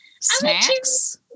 snacks